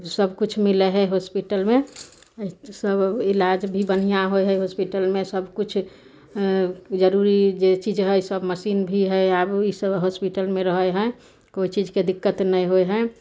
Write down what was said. सबकिछु मिलय हइ हॉस्पिटलमे सब इलाज भी बढ़िआँ होइ हय हॉस्पिटलमे सबकिछु जरूरी जे चीज हइ सब मशीन भी हइ आब ई सब हॉस्पिटलमे रहय हइ कोइ चीजके दिक्कत नहि होइ हय